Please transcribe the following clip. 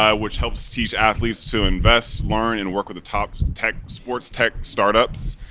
ah which helps teach athletes to invest, learn and work with the top tech sports tech start ups.